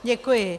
Děkuji.